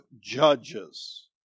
Judges